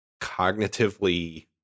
cognitively